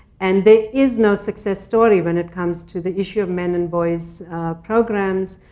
and there is no success story when it comes to the issue of men and boys' programs.